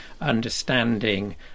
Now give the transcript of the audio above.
understanding